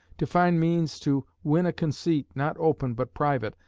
to find means to win a conceit, not open, but private,